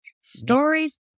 stories